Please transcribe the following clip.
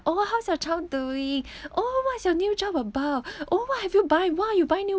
oh how's your child doing oh what's your new job about oh what have you buy !wah! you buy new